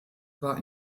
war